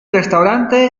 restaurante